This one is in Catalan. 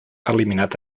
eliminat